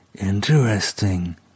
interesting